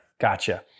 gotcha